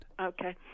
Okay